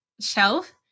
shelf